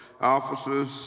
officers